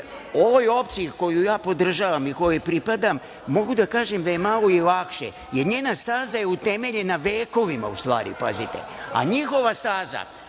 opciji koju ja podržavam i pripadam, mogu da kažem, je malo lakše jer njena staza je utemeljena vekovima, u stvari, pazite, a njihova staza